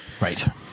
Right